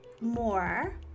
more